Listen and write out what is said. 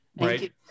Right